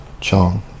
Chong